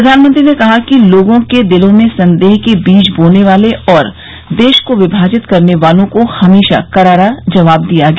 प्रधानमंत्री ने कहा कि लोगों के दिलों में संदेह के बीज बोने वालों और देश को विभाजित करने वालों को हमेशा करारा जवाब दिया गया